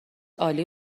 عالی